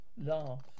Laugh